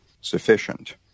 sufficient